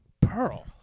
Pearl